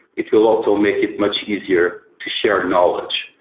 it will also make it much easier to share knowledge.